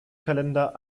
kalender